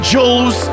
Jules